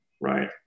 right